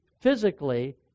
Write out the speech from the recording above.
physically